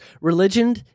religion